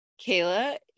Kayla